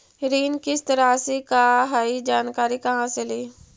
ऋण किस्त रासि का हई जानकारी कहाँ से ली?